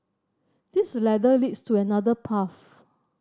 this ladder leads to another path